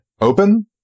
open